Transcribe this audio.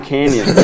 Canyon